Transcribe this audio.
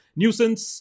nuisance